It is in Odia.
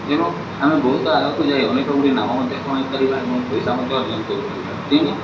ଏବଂ ଆମେ ବହୁତ ଆଗକୁ ଯାଇ ଅନେକ ଗୁଡ଼ିଏ ନାମ ମଧ୍ୟ କମାଇପାରିବା ଏବଂ ପଇସା ଅର୍ଜନ କରିପାରିବା ତେଣୁ